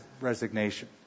resignation